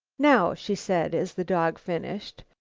now, she said, as the dog finished,